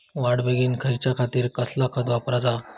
वाढ बेगीन जायच्या खातीर कसला खत वापराचा?